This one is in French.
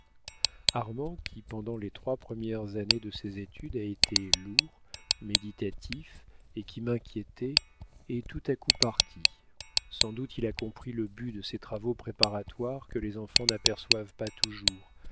armand qui pendant les trois premières années de ses études a été lourd méditatif et qui m'inquiétait est tout à coup parti sans doute il a compris le but de ces travaux préparatoires que les enfants n'aperçoivent pas toujours